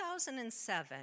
2007